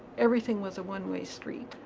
everything was a one-way street.